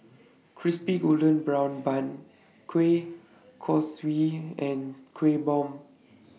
Crispy Golden Brown Bun Kueh Kosui and Kueh Bom